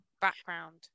background